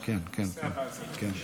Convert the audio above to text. אני חושב שלא נכון יהיה,